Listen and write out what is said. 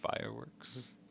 fireworks